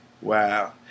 wow